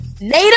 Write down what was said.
native